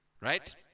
Right